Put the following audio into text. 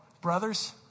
brothers